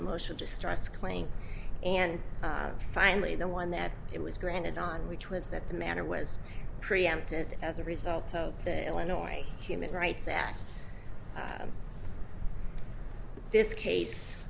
emotional distress claim and finally the one that it was granted on which was that the matter was preempted as a result of the illinois human rights act that this